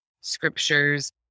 scriptures